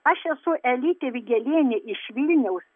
aš esu elytė vigelienė iš vilniaus